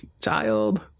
child